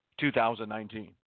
2019